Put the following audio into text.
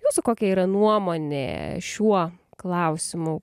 jūsų kokia yra nuomonė šiuo klausimu